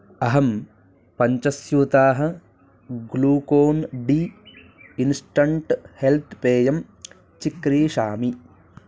अहं पञ्चस्यूताः Glucon D instant health पेयं चिक्रीषामि